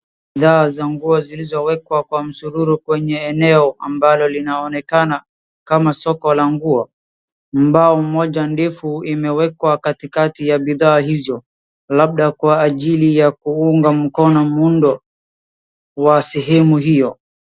Bidhaa za nguo zilizowekwa kwa msururu kwenye eneo ambalo linaloonekana kama soko la nguo. Ni mbao moja ndefu imewekwa katikati ya bidhaa hizo labda kwa ajili ya kuunga mkono muundo wa sehemu hiyo.